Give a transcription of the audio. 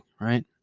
right